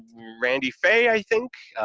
randy fay, i think.